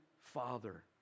father